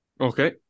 Okay